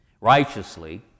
righteously